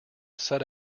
set